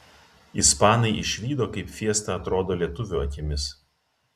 ispanai išvydo kaip fiesta atrodo lietuvių akimis